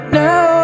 now